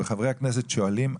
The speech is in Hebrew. וחברי הכנסת שואלים,